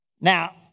now